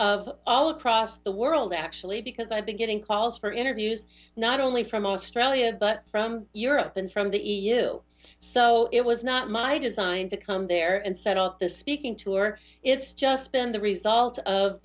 of all across the world actually because i've been getting calls for interviews not only from australia but from europe and from the e u so it was not my design to come there and set out the speaking tour it's just been the result of